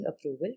approval